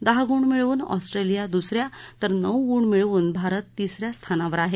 डेहा गुण मिळवून ऑस्टूविया दुस या तर नऊ गुण मिळवून भारत तिस या स्थानावर आह